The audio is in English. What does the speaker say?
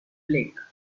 blake